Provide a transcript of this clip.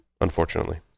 unfortunately